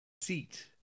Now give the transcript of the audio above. seat